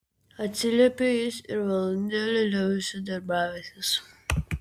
atsiliepė jis ir valandėlę liovėsi darbavęsis